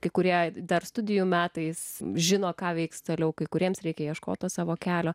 kai kuriai dar studijų metais žino ką veiks toliau kai kuriems reikia ieškoti savo kelio